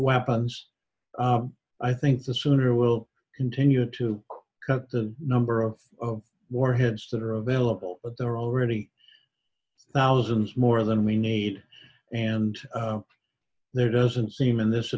weapons i think the sooner we'll continue to cut the number of warheads that are available but there are already thousands more than we need and there doesn't seem in this